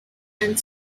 and